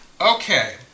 Okay